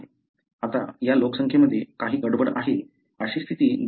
आता या लोकसंख्येमध्ये काही गडबड आहे अशी स्थिती गृहीत धरूया